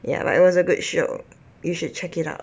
ya but it was a good show you should check it out